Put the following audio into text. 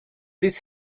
this